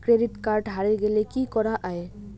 Credit card হারে গেলে কি করা য়ায়?